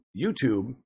YouTube